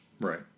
Right